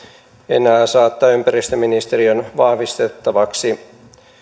enää saattaa ympäristöministeriön vahvistettavaksi